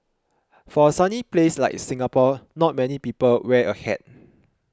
for a sunny place like Singapore not many people wear a hat